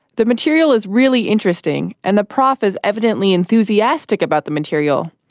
the material is really interesting, and the prof is evidently enthusiastic about the material.